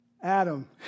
Adam